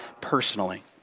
personally